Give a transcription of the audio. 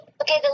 Okay